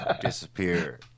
disappear